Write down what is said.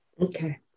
Okay